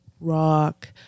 rock